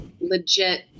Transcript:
legit